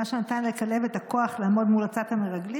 מה שנתן לכלב את הכוח לעמוד מול עצת המרגלים